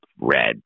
red